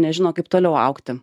nežino kaip toliau augti